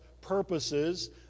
purposes